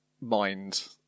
mind